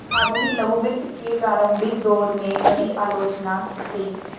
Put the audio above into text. आधुनिक लघु वित्त के प्रारंभिक दौर में, कड़ी आलोचना की गई